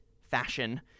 fashion